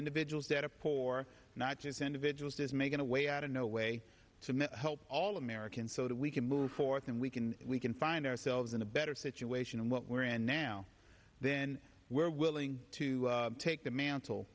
individuals that are poor not just individuals is making a way out of no way to help all americans so that we can move forth and we can we can find ourselves in a better situation and what we're in now then we're willing to take the mant